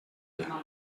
her